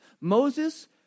Moses